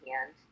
hand